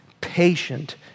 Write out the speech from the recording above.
patient